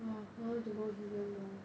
!wah! I want to go hillion mall